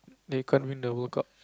they can't win the World Cup